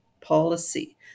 policy